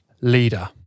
leader